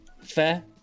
Fair